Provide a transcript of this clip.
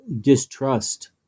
distrust